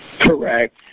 Correct